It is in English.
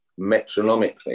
metronomically